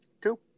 two